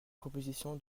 proposition